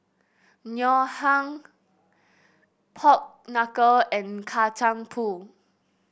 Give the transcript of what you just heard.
Ngoh Hiang Pork Knuckle and Kacang Pool